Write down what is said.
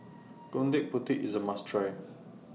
Gudeg Putih IS A must Try